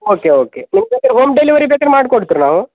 okay okay ನಿಮ್ಗೆ ಬೇಕಾರೆ home delivery ಬೇಕಾರೆ ಮಾಡಿ ಕೊಡ್ತ್ರು ನಾವು